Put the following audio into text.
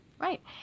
right